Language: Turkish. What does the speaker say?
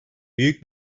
büyük